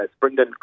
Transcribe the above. Brendan